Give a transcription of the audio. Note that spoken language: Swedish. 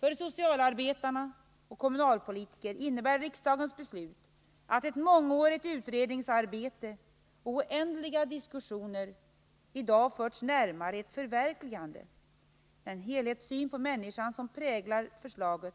För socialarbetarna och kommunalpolitikerna inriebär riksdagens beslut att ett mångårigt utredningsarbete och oändliga diskussioner i dag förts närmare ett förverkligande. Den helhetssyn på människan som präglar förslaget